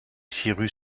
cyrus